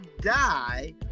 die